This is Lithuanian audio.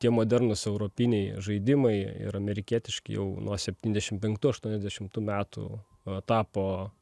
tie modernūs europiniai žaidimai ir amerikietiški jau nuo septyndešim penktų aštuoniasdešimtų metų tapo